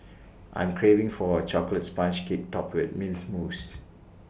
I am craving for A Chocolate Sponge Cake Topped with Mint Mousse